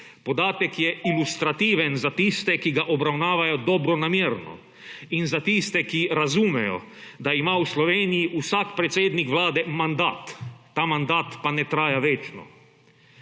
Podatek je ilustratitven za tiste, ki ga obravnavajo dobronamerno in za tiste, ki razumejo, da ima v Sloveniji vsak predsednik Vlade mandat, ta mandat pa ne traja večno.